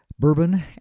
Bourbon